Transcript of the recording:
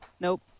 Nope